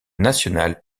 nationale